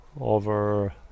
over